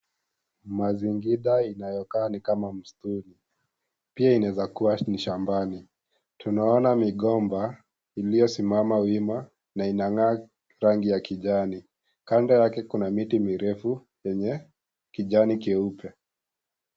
Mazingira inayokaa ni kama msituni pia inaeza kuwa ni shambani, tunaona mgomba iliyo simama wima n ainangaa rangi ya kijani, kando yake kuna miti mirefu yenye kijani